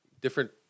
different